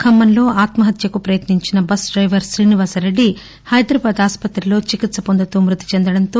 ఖమ్మంలో ఆత్మహత్యకు ప్రయత్నించిన బస్సు డ్రెవర్ శ్రీనివాస్ రెడ్డి హైదరాబాద్ ఆస్పత్రిలో చికిత్స హైందుతూ మృతి చెందడంతో